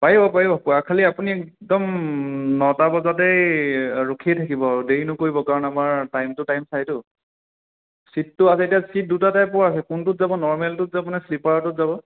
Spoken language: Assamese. পাৰিব পাৰিব পুৱা খালী আপুনি একদম নটা বজাতেই ৰখিয়েই থাকিব আৰু দেৰি নকৰিব কাৰণ আমাৰ টাইমটো টাইম চাইতো চীটটো আছে এতিয়া চীট দুটা টাইপৰ আছে কোনটোত যাব ন'ৰ্মেলটোত যাব নে শ্লীপাৰটোত যাব